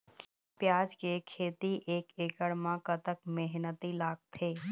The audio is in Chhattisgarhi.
प्याज के खेती एक एकड़ म कतक मेहनती लागथे?